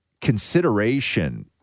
consideration